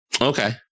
Okay